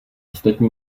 ostatní